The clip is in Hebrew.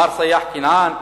מר סיאח כנעאן,